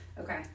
Okay